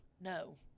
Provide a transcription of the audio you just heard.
No